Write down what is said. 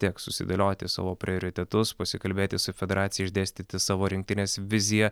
tiek susidėlioti savo prioritetus pasikalbėti su federacija išdėstyti savo rinktinės viziją